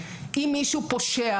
אם מישהו פושע,